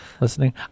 listening